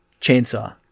Chainsaw